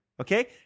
Okay